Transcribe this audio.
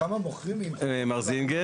מר זינגר.